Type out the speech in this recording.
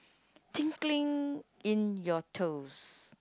tingling in your toes